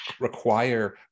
require